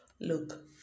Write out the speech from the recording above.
Look